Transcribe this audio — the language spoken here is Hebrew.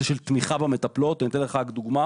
של תמיכה במטפלות ואני אתן לך דוגמה.